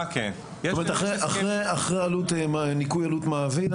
זאת אומרת אחרי ניכוי עלות מעביד,